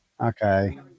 Okay